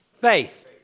faith